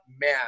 man